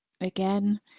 Again